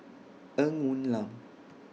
Ng Woon Lam